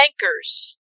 bankers